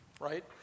right